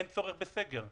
אין צורך בסגר.